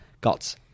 got